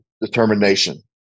determination